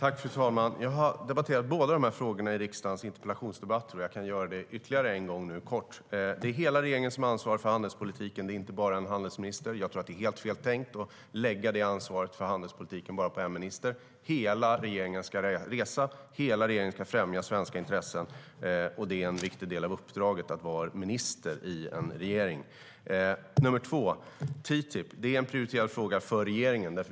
Fru talman! Jag har debatterat båda dessa frågor i riksdagens interpellationsdebatter, och jag kan göra det ytterligare en gång nu kort. Det är hela regeringen som har ansvar för handelspolitiken, inte bara en handelsminister. Jag tror att det är helt fel tänkt att lägga ansvaret för handelspolitiken på bara en minister. Hela regeringen ska resa, och hela regeringen ska främja svenska intressen. Det är en viktig del av uppdraget att vara minister i en regering. TTIP är en prioriterad fråga för regeringen.